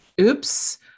oops